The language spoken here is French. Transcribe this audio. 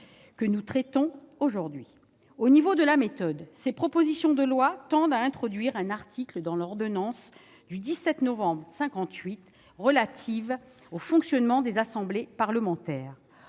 que nous traitons aujourd'hui. Au niveau de la méthode, ces propositions de loi tendent à introduire un article dans l'ordonnance du 17 novembre 1958 relative au fonctionnement des assemblées parlementaires.